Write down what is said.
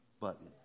button